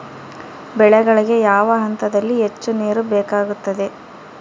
ಬೆಳೆಗಳಿಗೆ ಯಾವ ಹಂತದಲ್ಲಿ ಹೆಚ್ಚು ನೇರು ಬೇಕಾಗುತ್ತದೆ?